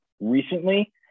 recently